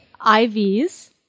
ivs